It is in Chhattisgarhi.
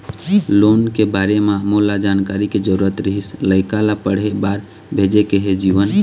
लोन के बारे म मोला जानकारी के जरूरत रीहिस, लइका ला पढ़े बार भेजे के हे जीवन